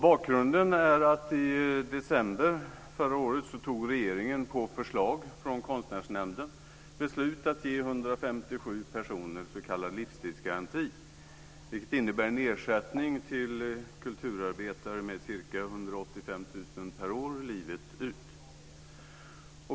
Bakgrunden är att regeringen i december förra året, på förslag från Konstnärsnämnden, beslutade att ge 157 personer s.k. livstidsgaranti, vilket innebär en ersättning till kulturarbetare med ca 185 000 kr per år livet ut.